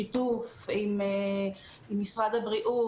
בשיתוף עם משרד הבריאות,